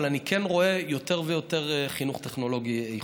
אבל אני כן רואה יותר ויותר חינוך טכנולוגי איכותי.